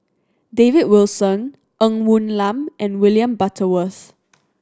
David Wilson Ng Woon Lam and William Butterworth